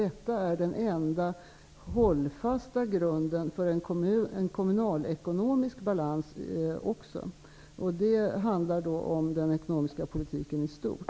Detta är den enda hållfasta grunden för en kommunalekonomisk balans. Det handlar om den ekonomiska politiken i stort.